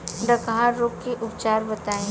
डकहा रोग के उपचार बताई?